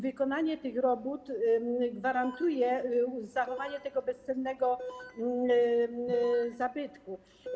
Wykonanie tych robót gwarantuje zachowanie tego bezcennego zabytku.